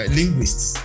linguists